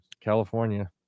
california